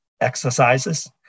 exercises